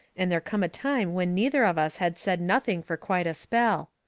and there come a time when neither of us had said nothing fur quite a spell.